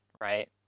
right